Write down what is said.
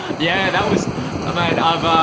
yeah, that was ah mine.